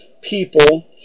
people